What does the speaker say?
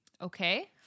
okay